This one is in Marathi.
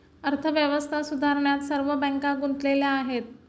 अर्थव्यवस्था सुधारण्यात सर्व बँका गुंतलेल्या आहेत